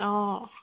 অঁ